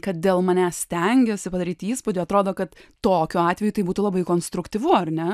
kad dėl manęs stengiasi padaryti įspūdį atrodo kad tokiu atveju tai būtų labai konstruktyvu ar ne